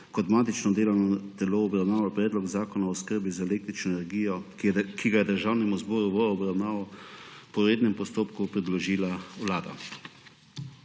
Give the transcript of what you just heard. kot matično delovno obravnaval Predlog zakona o oskrbi z električno energijo, ki ga je Državnemu zboru v obravnavo po rednem postopku predložila Vlada.